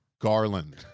garland